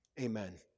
Amen